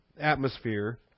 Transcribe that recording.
atmosphere